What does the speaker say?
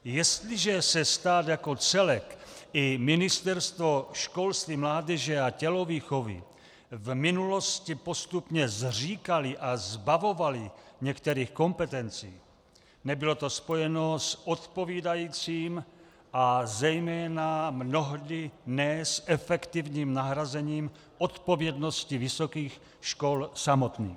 Jestliže se stát jako celek i Ministerstvo školství, mládeže a tělovýchovy v minulosti postupně zříkaly a zbavovaly některých kompetencí, nebylo to spojeno s odpovídajícím a zejména mnohdy ne s efektivním nahrazením odpovědnosti vysokých škol samotných.